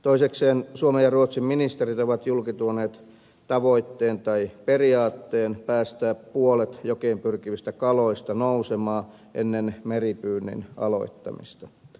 toisekseen suomen ja ruotsin ministerit ovat julkituoneet tavoitteen tai periaatteen päästää puolet jokeen pyrkivistä kaloista nousemaan ennen meripyynnin aloittamista